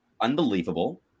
unbelievable